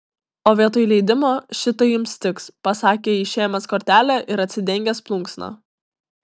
o vietoj leidimo šitai jums tiks pasakė išėmęs kortelę ir atsidengęs plunksną